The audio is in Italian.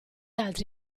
altri